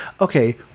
okay